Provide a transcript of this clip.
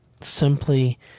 Simply